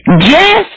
Yes